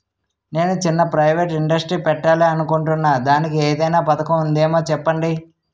నేను చిన్న private industry పెట్టాలి అనుకుంటున్నా దానికి ఏదైనా పథకం ఉందేమో చెప్పండి?